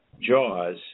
Jaws